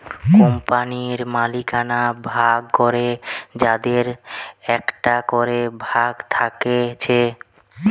কোম্পানির মালিকানা ভাগ করে যাদের একটা করে ভাগ থাকছে